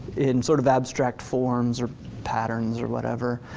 in sort of abstract forms or patterns or whatever,